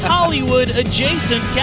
Hollywood-adjacent